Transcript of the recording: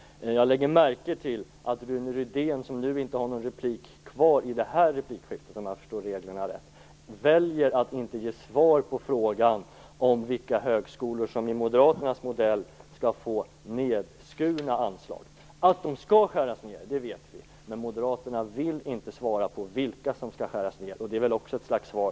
Jag lägger märke till att Rune Rydén, som nu inte har någon replik kvar i detta replikskifte, väljer att inte ge svar på frågan om vilka högskolor som i Moderaternas modell skall få anslagen nedskurna. Att anslagen skall skäras ned, det vet vi. Men Moderaterna vill inte svara på vilka högskolor som skall få sina anslag nedskurna, och det är väl också ett slags svar.